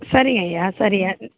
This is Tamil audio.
சரிங்கய்யா சரிய்யா